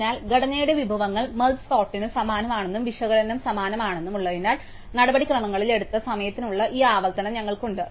അതിനാൽ ഘടനയുടെ വിഭവങ്ങൾ മെർജ് സോർട്ന് സമാനമാണെന്നും വിശകലനം സമാനമാണെന്നും ഉള്ളതിനാൽ നടപടിക്രമങ്ങളിൽ എടുത്ത സമയത്തിനുള്ള ഈ ആവർത്തനം ഞങ്ങൾക്കുണ്ട്